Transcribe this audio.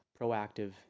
proactive